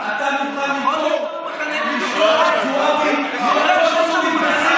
למה אז לא היית בעד ביבי?